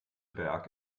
berg